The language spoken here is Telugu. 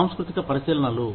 సాంస్కృతిక పరిశీలనలు